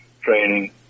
training